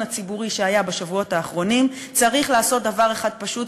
הציבורי שהיה בשבועות האחרונים צריך לעשות דבר אחד פשוט,